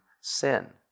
sin